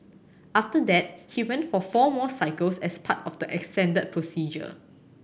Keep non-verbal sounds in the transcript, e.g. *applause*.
after that he went for four more cycles as part of the *unintelligible* procedure